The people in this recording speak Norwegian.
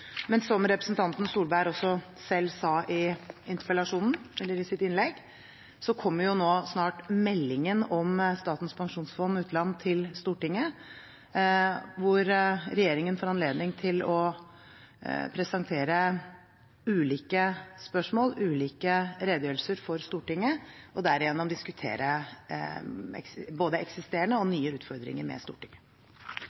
men som representanten Tvedt Solberg også selv sa i sitt innlegg, kommer jo snart meldingen om Statens pensjonsfond utland til Stortinget, hvor regjeringen får anledning til å presentere ulike spørsmål, ulike redegjørelser, for Stortinget, og derigjennom diskutere både eksisterende og nye utfordringer med Stortinget.